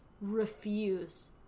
refuse